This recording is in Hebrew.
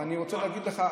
אבל אני רוצה להגיד לך,